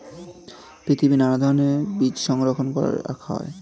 পৃথিবীর নানা ধরণের বীজ সংরক্ষণ করে রাখা হয়